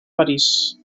parís